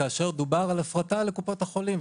כאשר דובר על הפרטה לקופות החולים.